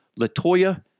LaToya